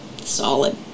solid